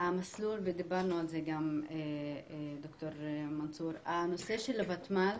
דיברנו על זה, ד"ר מנסור הנושא של הוותמ"ל,